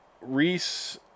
Reese